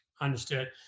Understood